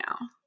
now